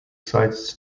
sites